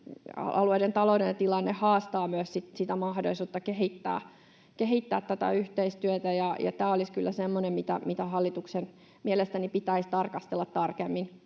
taloudellinen tilanne haastaa mahdollisuutta kehittää tätä yhteistyötä. Tämä olisi kyllä semmoinen, mitä hallituksen mielestäni pitäisi tarkastella tarkemmin.